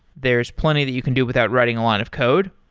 there is plenty that you can do without writing a line of code,